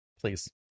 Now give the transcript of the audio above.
please